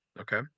Okay